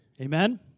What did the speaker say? Amen